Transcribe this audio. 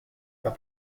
pas